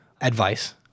advice